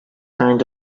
kind